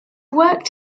worked